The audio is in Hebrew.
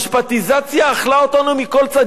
המשפטיזציה אכלה אותנו מכל צד.